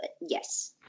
yes